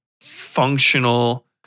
functional